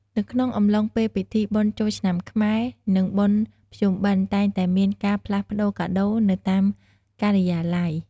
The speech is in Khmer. នៅក្នុងអំឡុងពេលពិធីបុណ្យចូលឆ្នាំខ្មែរ និងបុណ្យភ្ជុំបិណ្ឌតែងតែមានការផ្លាស់ប្តូរកាដូរនៅតាមការិយាល័យ។